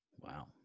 Wow